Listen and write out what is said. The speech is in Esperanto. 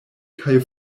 kaj